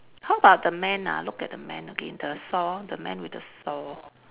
how about the man ah look at the man again the saw the man with the saw